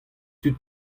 tud